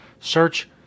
search